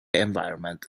environment